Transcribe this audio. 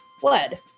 blood